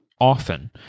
often